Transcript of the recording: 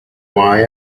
why